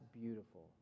beautiful